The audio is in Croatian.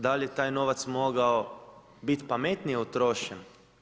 Da li je taj novac mogao biti pametnije utrošen?